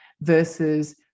versus